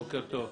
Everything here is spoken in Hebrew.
בוקר טוב.